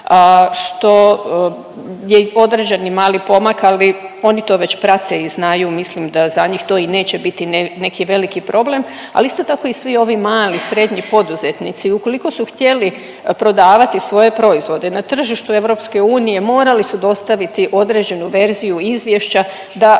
što je određeni mali pomak, ali oni to već prate i znaju, mislim da za njih to i neće biti neki veliki problem. Ali isto tako i svi ovi mali, srednji poduzetnici ukoliko su htjeli prodavati svoje proizvode na tržištu EU morali su dostaviti određenu verziju izvješća da poštuju